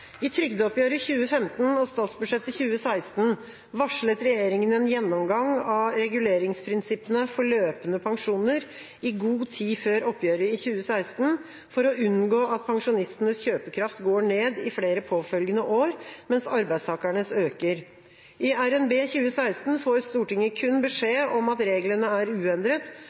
statsbudsjettet 2016 varslet regjeringen en gjennomgang av reguleringsprinsippene for løpende pensjoner i god tid før oppgjøret 2016, for å unngå at pensjonistenes kjøpekraft går ned i flere påfølgende år, mens arbeidstakernes øker. I RNB 2016 får Stortinget kun beskjed om at reglene er uendret,